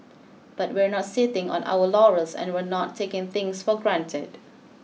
but we're not sitting on our laurels and we're not taking things for granted